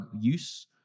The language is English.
use